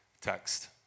text